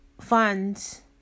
funds